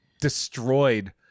destroyed